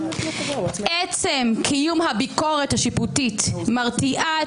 עצם קיום הביקורת השיפוטית מרתיעה את